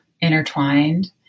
intertwined